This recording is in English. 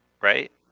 Right